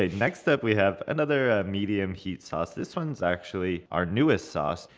ah next up we have another ah medium heat sauce. this one's actually our newest sauce,